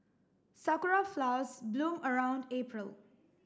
sakura flowers bloom around April